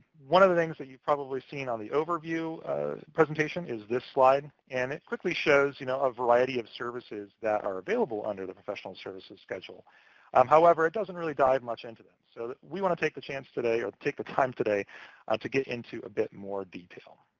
one of the things that you've probably seen on the overview presentation is this slide. and it quickly shows, you know, a variety of services that are available under the professional services schedule um however, it doesn't really dive much into them. so we want to take the chance today or take the time today to get into a bit more detail.